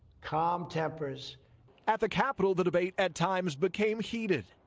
calm tempers at the capitol the debate at times became heated.